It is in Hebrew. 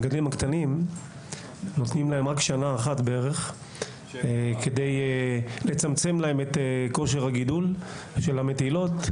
למגדלים הקטנים נותנים רק שנה כדי לצמצם להם את כושר הגידול של המטילות.